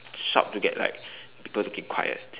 shout to get like people to keep quiet